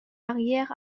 arrière